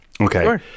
Okay